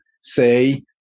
say